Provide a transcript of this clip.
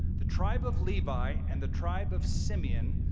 the tribe of levi and the tribe of simeon,